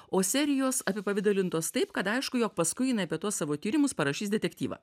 o serijos apipavidalintos taip kad aišku jog paskui jinai apie tuos savo tyrimus parašys detektyvą